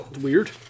Weird